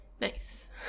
Nice